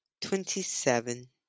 Twenty-seven